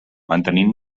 mantenint